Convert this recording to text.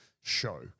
show